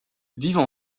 vivent